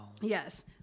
Yes